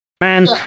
Man